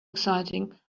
exciting